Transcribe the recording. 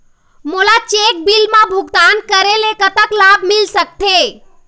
मोला cheque bill मा भुगतान करेले कतक लाभ मिल सकथे?